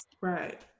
right